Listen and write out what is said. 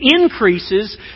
increases